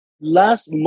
last